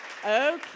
Okay